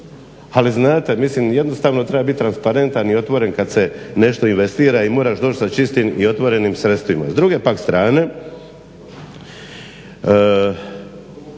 Ali znate, jednostavno treba biti transparentan i otvoren kad se nešto investira i moraš doći sa čistim i otvorenim sredstvima. S druge pak strane,